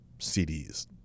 CDs